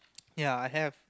ya I have